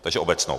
Takže obecnou.